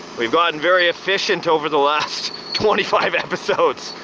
we've gotten very efficient over the last twenty five episodes.